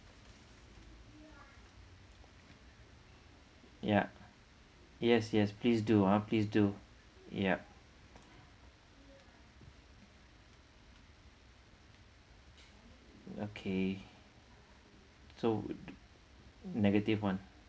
ya yes yes please do ah please do yup okay so negative one